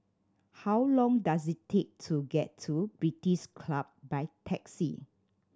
how long does it take to get to British Club by taxi